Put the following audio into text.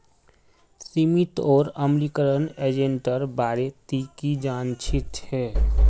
सीमित और अम्लीकरण एजेंटेर बारे ती की जानछीस हैय